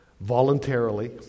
voluntarily